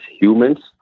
humans